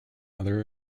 other